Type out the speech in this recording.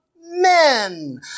men